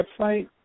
website